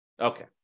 Okay